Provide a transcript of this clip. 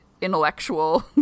intellectual